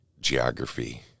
Geography